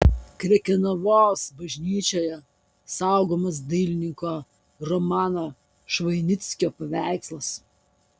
krekenavos bažnyčioje saugomas dailininko romano švoinickio paveikslas